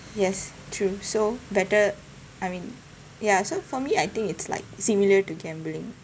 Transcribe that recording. yes true so better I mean ya so for me I think it's like similar to gambling